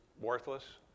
worthless